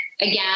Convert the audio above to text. again